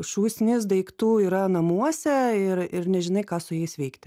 šūsnis daiktų yra namuose ir ir nežinai ką su jais veikti